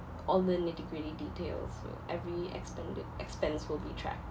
all the nitty gritty details so every expende~ expense will be tracked